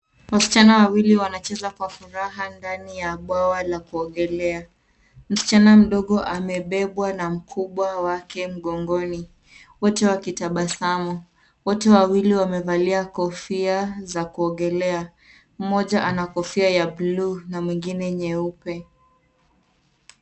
wasichana wawili wanacheza kwa furaha ndani ya bawa la kuogelea msichana mdogo amebebwa na mkubwa wake mgongoni wote wakitabasamu wotw wawili wamevalia kofia za kuogelea mmoja ana kofia ya samawati na mwengine nyeupe